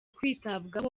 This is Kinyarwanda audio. kwitabwaho